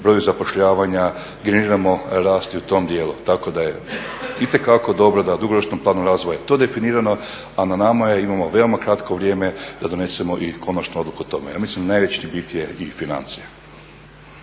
broja zapošljavanja, generiramo rast i u tom dijelu. Tako da je itekako dobro da u dugoročnom planu razvoja je i to definirano, a na nama je, imamo veoma kratko vrijeme da donesemo i konačnu odluku o tome. Ja mislim najveći bit je i financija.